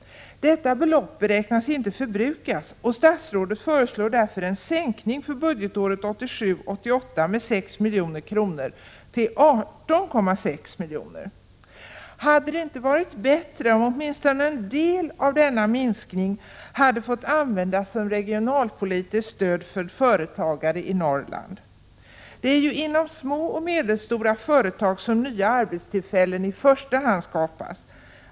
Detta belopp beräknas inte förbrukas, och statsrådet föreslår därför en sänkning för budgetåret 1987/88 med 6 milj.kr. till 18,6 milj.kr. Hade det inte varit bättre om åtminstone en del av denna minskning hade fått användas som regionalpolitiskt stöd till företagare i Norrland? Det är ju i första hand inom småoch medelstora företag som nya arbetstillfällen skapas.